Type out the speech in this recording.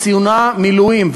קצונה, מילואים.